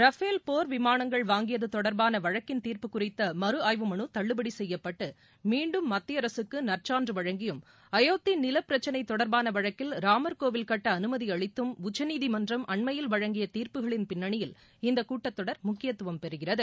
Rafale போர்விமானங்கள் வாங்கியது தொடர்பான வழக்கின் தீர்ப்பு குறித்த மறு ஆய்வு மனு தள்ளுபடி செய்யப்பட்டு மீண்டும் மத்திய அரசுக்கு நற்சான்று வழங்கியும் அபோத்தி நிலப் பிரச்சனை தொடர்பான வழக்கில் ராமர் கோவில் கட்ட அனுமதி அளித்தம் உச்சநீதிமன்றம் அண்மையில் வழங்கிய தீர்ப்புகள் பின்னணியில் இந்தக் கூட்டத்தொடர் முக்கியத்துவம் பெறுகிறது